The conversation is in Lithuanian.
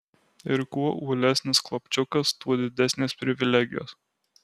ir kuo uolesnis klapčiukas tuo didesnės privilegijos